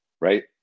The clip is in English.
right